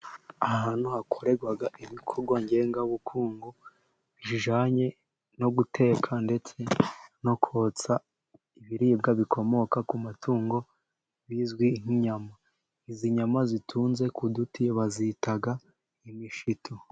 Ahantu hakorerwa ibikorwa ngengabukungu bijyanye no guteka ndetse no kotsa ibiribwa bikomoka ku matungo bizwi nk'inyama. Izi nyama zitunze ku duti, bazita imishito.